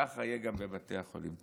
כך יהיה גם בבתי החולים.